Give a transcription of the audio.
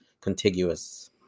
contiguous